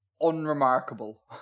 unremarkable